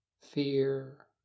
fear